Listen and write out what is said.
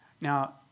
Now